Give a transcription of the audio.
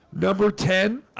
gov or ted.